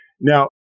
Now